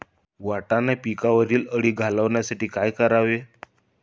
वाटाणा पिकावरील अळी घालवण्यासाठी काय करावे?